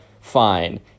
Fine